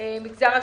ולמגזר השלישי.